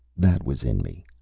that was in me,